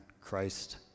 Christ